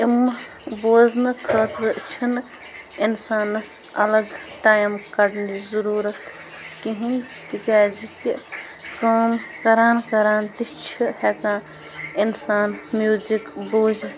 امہِ بوزٕنہٕ خٲطرٕ چھِنہٕ اِنسانَس الگ ٹایِم کَڑنٕچ ضُروٗرَت کِہیٖنۍ تِکیٛازِ کہِ کٲم کران کران تہِ چھِ ہٮ۪کان اِنسان موٗزِک بوٗزِتھ